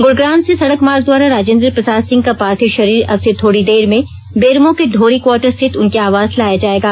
गुड़ग्राम से सड़क मार्ग द्वारा राजेन्द्र प्रसाद सिंह का पार्थिव शरीर अब से थोड़ी देर में बेरमो के ढोरी क्वाटर स्थित उनके आवास लाया जायेगा